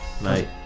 mate